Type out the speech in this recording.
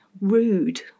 rude